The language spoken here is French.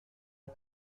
est